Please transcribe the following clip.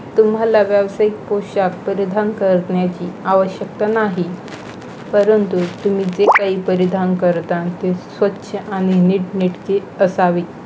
तुम्हाला व्यावसायिक पोशाख परिधान करण्याची आवश्यकता नाही परंतु तुम्ही जे काही परिधान करता ते स्वच्छ आणि नीटनेटके असावे